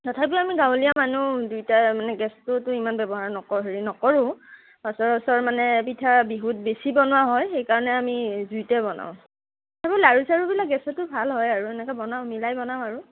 তথাপিও আমি গাঁৱলীয়া মানুহ দুইটা মানে গেছটোতো ইমান ব্যৱহাৰ নকৰোঁ হেৰি নকৰোঁ সচৰাচৰ মানে পিঠা বিহুত বেছি বনোৱা হয় সেইকাৰণে আমি জুইতে বনাওঁ এইবোৰ লাৰু চাৰুবিলাক গেছতো ভাল হয় আৰু এনেকে বনাওঁ মিলাই বনাওঁ আৰু